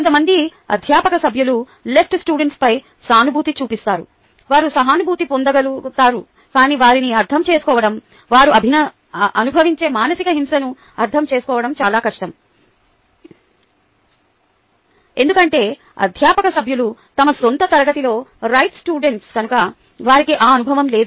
కొంతమంది అధ్యాపక సభ్యులు లెఫ్ట్ స్టూడెంట్స్పై సానుభూతి చూపిస్తారు వారు సహానుభూతి పొందగలుగుతారు కాని వారిని అర్థం చేసుకోవడం వారు అనుభవించే మానసిక హింసను అర్థం చేసుకోవడం చాలా కష్టం ఎందుకంటే అధ్యాపక సభ్యులు తమ సొంత తరగతిలో రైట్ స్టూడెంట్స్ కనుక వారికి ఆ అనుభవం లేదు